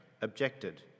objected